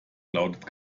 lautet